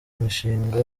imishinga